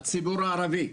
הציבור הערבי,